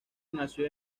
nació